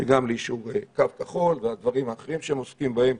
וגם ליישוב קו כחול והדברים האחרים שהם עוסקים בהם.